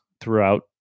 throughout